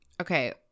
Okay